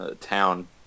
town